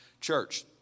Church